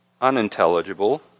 unintelligible